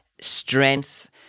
strength